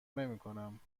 نمیکنم